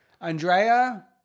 Andrea